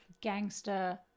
gangster